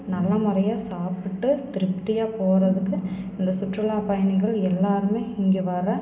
நல்ல முறையாக சாப்பிட்டு திருப்தியாக போகிறதுக்கு இந்தச் சுற்றுலாப் பயணிகள் எல்லோருமே இங்கே வர்ற